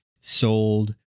sold